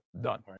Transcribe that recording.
Done